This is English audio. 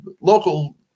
local